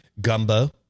Gumbo